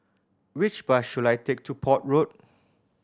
which bus should I take to Port Road